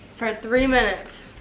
for three minutes.